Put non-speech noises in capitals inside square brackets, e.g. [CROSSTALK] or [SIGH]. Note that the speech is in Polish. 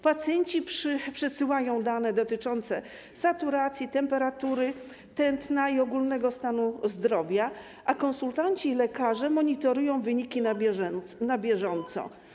Pacjenci przesyłają dane dotyczące saturacji, temperatury, tętna i ogólnego stanu zdrowia, a konsultanci i lekarze [NOISE] monitorują wyniki na bieżąco.